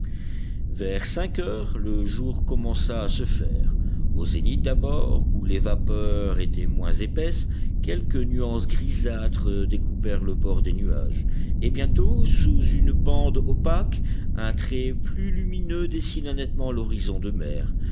vers cinq heures le jour commença à se faire au zénith d'abord où les vapeurs étaient moins épaisses quelques nuances grisâtres découpèrent le bord des nuages et bientôt sous une bande opaque un trait plus lumineux dessina nettement l'horizon de mer